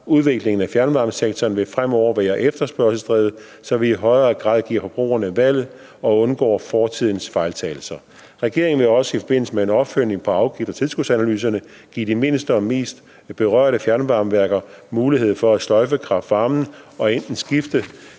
Udviklingen af fjernvarmesektoren vil fremover være efterspørgselsdrevet, så vi i højere grad giver forbrugerne valget og undgår fortidens fejltagelser. Regeringen vil også i forbindelse med en opfølgning på afgifts- og tilskudsanalyserne give de mindste og mest berørte fjernvarmeværker mulighed for at sløjfe kraft-varmen og enten skifte